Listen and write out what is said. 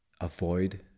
avoid